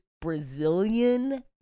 Brazilian